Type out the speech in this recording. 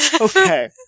Okay